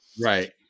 Right